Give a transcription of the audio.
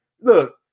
look